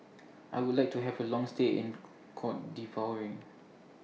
I Would like to Have A Long stay in Cote D'Ivoire